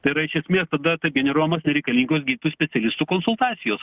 tai yra iš esmės tada taip generuojamos nereikalingos gydytojų specialistų konsultacijos